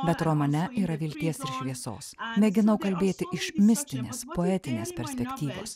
bet romane yra vilties ir šviesos mėginau kalbėti iš mistinės poetinės perspektyvos